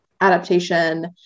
adaptation